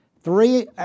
three